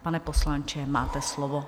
Pane poslanče, máte slovo.